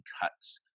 cuts